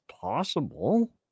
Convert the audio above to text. possible